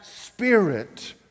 Spirit